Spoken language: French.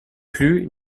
plus